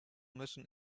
müssen